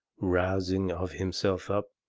rousing of himself up,